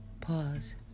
pause